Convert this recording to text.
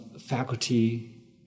faculty